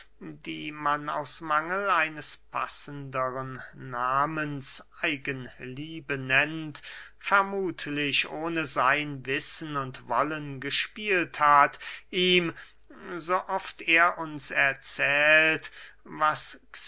die man aus mangel eines passendem nahmens eigenliebe nennt vermuthlich ohne sein wissen und wollen gespielt hat ihm so oft er uns erzählt was